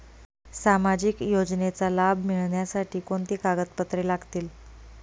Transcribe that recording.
सामाजिक योजनेचा लाभ मिळण्यासाठी कोणती कागदपत्रे लागतील?